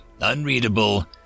unreadable